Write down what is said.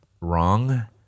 wrong